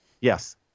Yes